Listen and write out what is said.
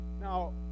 Now